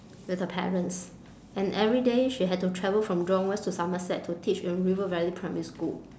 with her parents and everyday she had to travel from jurong west to somerset to teach in river valley primary school